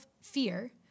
fear